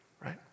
right